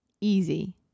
Easy